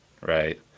right